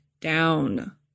down